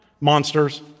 monsters